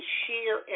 share